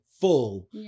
full